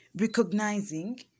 recognizing